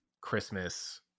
Christmas